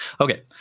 Okay